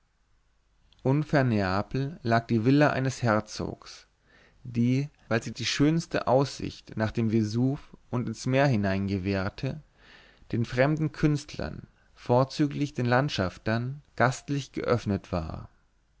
neapel lag die villa eines herzogs die weil sie die schönste aussicht nach dem vesuv und ins meer hinein gewährte den fremden künstlern vorzüglich den landschaftern gastlich geöffnet war